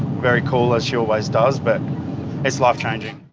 very cool as she always does, but it's life-changing.